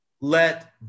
let